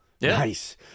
Nice